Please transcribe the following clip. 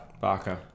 Barker